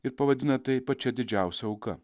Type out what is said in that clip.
ir pavadina tai pačia didžiausia auka